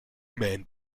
meint